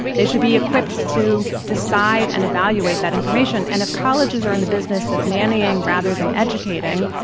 they should be equipped to decide and evaluate that information, and if colleges are in the business of nannying rather than educating,